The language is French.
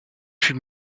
fut